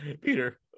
peter